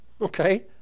Okay